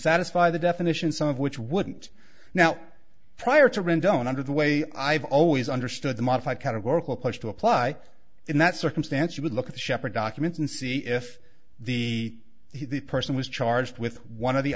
satisfy the definition some of which wouldn't now prior to rendon under the way i've always understood the modified categorical push to apply in that circumstance you would look at the shepherd documents and see if the person was charged with one of the